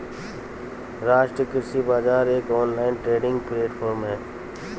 राष्ट्रीय कृषि बाजार एक ऑनलाइन ट्रेडिंग प्लेटफॉर्म है